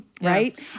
Right